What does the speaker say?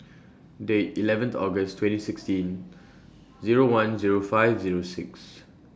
The eleven August twenty sixteen Zero one Zero five Zero six